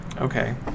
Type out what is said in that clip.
Okay